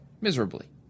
miserably